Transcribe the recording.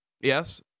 Yes